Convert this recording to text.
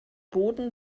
boden